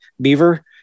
Beaver